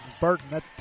Burton